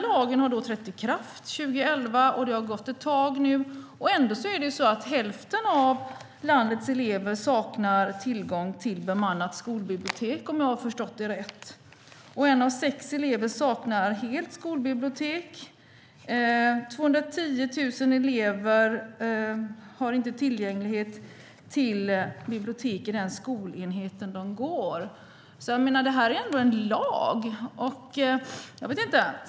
Lagen trädde i kraft 2011, och det har nu gått ett tag. Ändå saknar hälften av landets elever tillgång till bemannat skolbibliotek, om jag har förstått det rätt. En av sex elever saknar helt skolbibliotek, och 210 000 elever har inte tillgång till bibliotek i den skolenhet där de går. Det handlar ändå om en lag.